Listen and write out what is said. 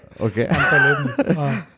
Okay